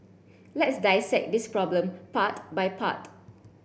let's dissect this problem part by part